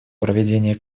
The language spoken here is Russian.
проведения